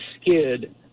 skid